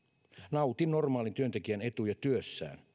nauti normaalin työntekijän etuja työssään